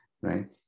right